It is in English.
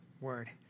word